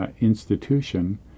institution